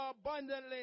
abundantly